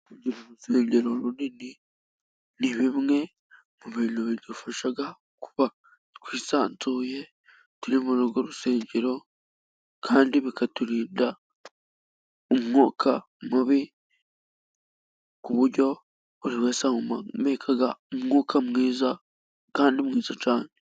Urusengero runini, ni bimwe mu bintu bidufasha kuba twisanzuye turi muri urwo rusengero, kandi bikaturinda umwuka mubi ku buryo buri wese ahumeka umwuka mwiza, kandi mwiza cyane.